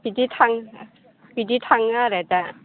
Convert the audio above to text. बिदि थां बिदि थाङो आरो दा